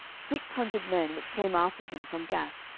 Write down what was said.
six hundred men which came after him from gath,